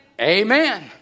Amen